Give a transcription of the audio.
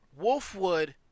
Wolfwood